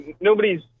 nobody's